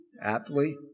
aptly